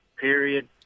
period